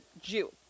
Jew